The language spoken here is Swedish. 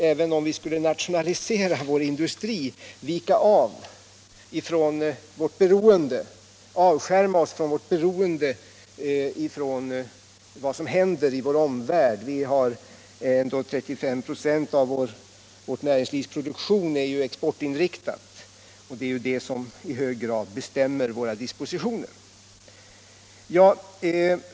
Även om vi skulle nationalisera vår industri kan vi inte avskärma oss från vårt beroende av vad som händer i vår omvärld. 35 46 av vårt näringslivs produktion är ju inriktad på export, vilket i hög grad bestämmer våra dispositioner.